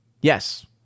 yes